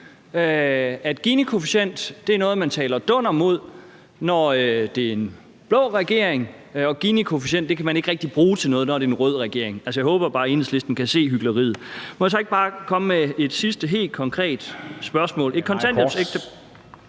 Ginikoefficient er noget, man taler dunder mod, når det er en blå regering, og Ginikoefficient kan man ikke rigtig bruge til noget, når det er en rød regering. Altså, jeg håber bare, at Enhedslisten kan se hykleriet. Må jeg så ikke bare komme med et sidste helt konkret spørgsmål?